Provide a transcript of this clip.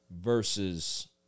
Versus